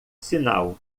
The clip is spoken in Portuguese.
sinal